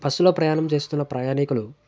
బస్లో ప్రయాణం చేస్తున్న ప్రయాణికులు